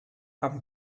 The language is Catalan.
amb